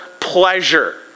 pleasure